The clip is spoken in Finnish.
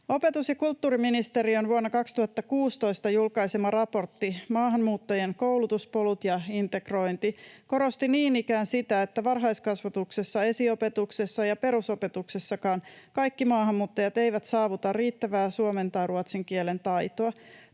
Opetus- ja kulttuuriministeriön vuonna 2016 julkaisema raportti ”Maahanmuuttajien koulutuspolut ja integrointi” korosti niin ikään sitä, että varhaiskasvatuksessa, esiopetuksessa ja perusopetuksessakaan kaikki maahanmuuttajat eivät saavuta riittävää suomen tai ruotsin kielen taitoa.